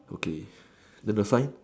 okay then the sign